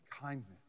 kindness